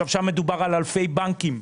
שם מדובר על אלפי בנקים.